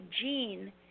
gene